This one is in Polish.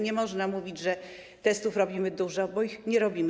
Nie można mówić, że testów robimy dużo, bo ich nie robimy.